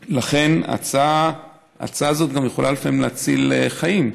ההצעה הזאת גם יכולה לפעמים להציל חיים,